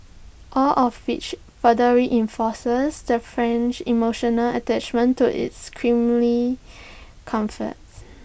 all of which further reinforces the French emotional attachment to its creamy comforts